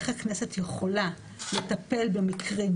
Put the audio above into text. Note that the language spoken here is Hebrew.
איך הכנסת יכולה לטפל במקרים,